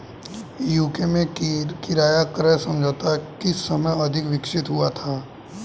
UK में किराया क्रय समझौता किस समय अधिक विकसित हुआ था?